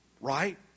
Right